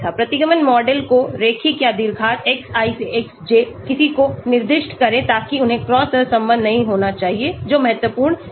प्रतिगमन मॉडल को रैखिक या द्विघात Xi से Xj किसको निर्दिष्ट करें ताकि उन्हें क्रॉस सहसंबद्ध नहीं होना चाहिए जो महत्वपूर्ण है